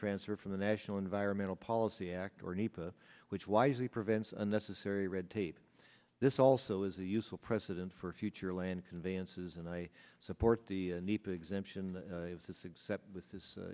transfer from the national environmental policy act which wisely prevents unnecessary red tape this also is a useful precedent for future land conveyances and i support the need exemption with this